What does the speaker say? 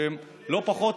שהם לא פחות